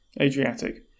Adriatic